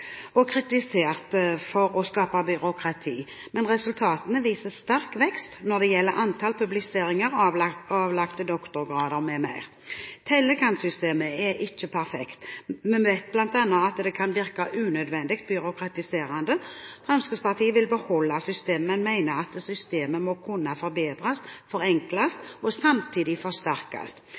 og kritisert for å skape byråkrati, men resultatene viser sterk vekst når det gjelder antall publiseringer, avlagte doktorgrader m.m. Tellekantsystemet er ikke perfekt. Vi vet bl.a. at det kan virke unødvendig byråkratiserende. Fremskrittspartiet vil beholde systemet, men mener at systemet må kunne forbedres, forenkles og samtidig forsterkes.